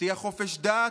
תבטיח חופש דת,